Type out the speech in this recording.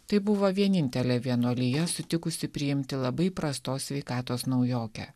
tai buvo vienintelė vienuolija sutikusi priimti labai prastos sveikatos naujokę